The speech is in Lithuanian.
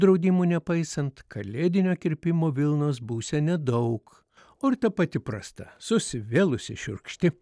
draudimų nepaisant kalėdinio kirpimo vilnos būsią nedaug o ir ta pati prasta susivėlusi šiurkšti